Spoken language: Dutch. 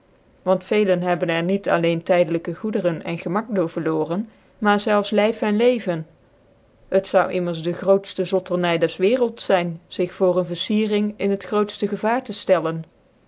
want vecle hebben er niet alleen tydelyke goederen en gcmajt door vcrlooicn maar zelfs een neger zelfs lyf en leven het zoude immers dc grootftc zotterny des werelds zyn zig voor een vercicring in het grootfte gevaar te ftcllcn